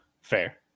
Fair